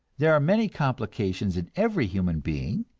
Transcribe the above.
there are many complications in every human being,